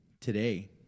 today